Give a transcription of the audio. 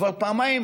כבר פעמיים